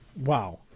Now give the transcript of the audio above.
Wow